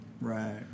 Right